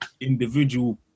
individual